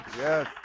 Yes